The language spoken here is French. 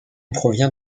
provient